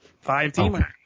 Five-teamer